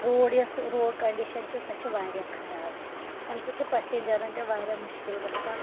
road یۄس road condition چھِ سۄ چھےٚ واریاہ خراب اَمہِ سۭتۍ چھُ پَسینٛجرَن تہِ واریاہ مُشکل گژھان